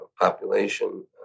population